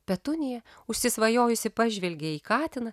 petunija užsisvajojusi pažvelgė į katiną